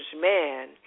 man